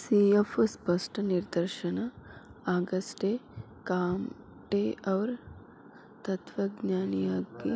C F ಸ್ಪಷ್ಟ ನಿದರ್ಶನ ಆಗಸ್ಟೆಕಾಮ್ಟೆಅವ್ರ್ ತತ್ವಜ್ಞಾನಿಯಾಗಿ